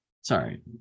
Sorry